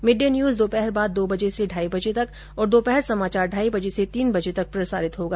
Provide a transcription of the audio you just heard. mid day news दोपहर बाद दो बजे से ढाई बजे तक और दोपहर समाचार ढाई बजे से तीन बजे तक प्रसारित होगा